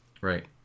Right